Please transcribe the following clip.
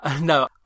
No